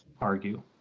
argue